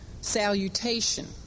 salutation